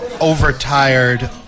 overtired